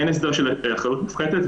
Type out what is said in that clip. אין הסדר של אחריות מופחתת,